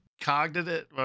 cognitive